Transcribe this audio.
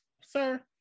sir